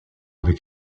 avec